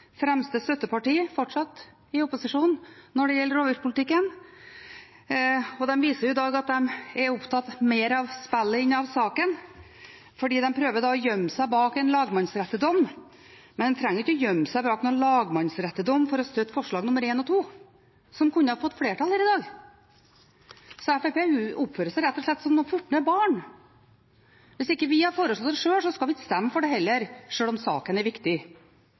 fremste støtteparti fortsatt, i opposisjon, når det gjelder rovviltpolitikken. De viser i dag at de er mer opptatt av spillet enn av saken. De prøver å gjemme seg bak en lagmannsrettsdom. Men man trenger ikke å gjemme seg bak noen lagmannsrettsdom for å støtte forslagene nr. 1 og 2, som kunne fått flertall her i dag. Fremskrittspartiet oppfører seg her i dag rett og slett som noen furtne barn: Hvis vi ikke har foreslått det sjøl, skal vi ikke stemme for det heller, sjøl om saken er viktig.